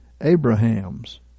Abraham's